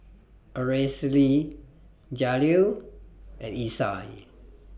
Aracely Jaleel and Isai